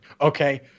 Okay